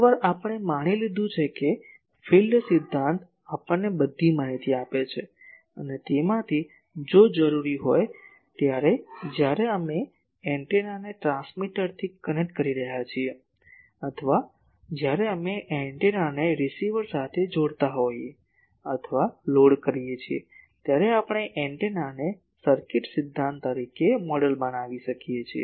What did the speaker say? એકવાર આપણે જાણી લીધું છે કે ફીલ્ડ સિદ્ધાંત આપણને બધી માહિતી આપે છે અને તેમાંથી જો જરૂરી હોય ત્યારે જ્યારે અમે એન્ટેનાને ટ્રાન્સમીટરથી કનેક્ટ કરી રહ્યા હોઈએ અથવા જ્યારે અમે એન્ટેનાને રીસીવર સાથે જોડતા હોઈએ અથવા લોડ કરીએ ત્યારે આપણે એન્ટેનાને સર્કિટ સિદ્ધાંત તરીકે મોડેલ બનાવી શકીએ છીએ